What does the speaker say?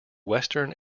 western